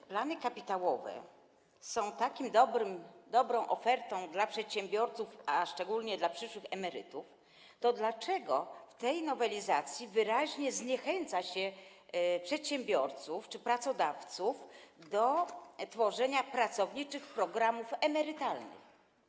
Skoro plany kapitałowe są taką dobrą ofertą dla przedsiębiorców, a szczególnie dla przyszłych emerytów, to dlaczego w tej nowelizacji wyraźnie zniechęca się przedsiębiorców czy pracodawców do tworzenia pracowniczych programów emerytalnych?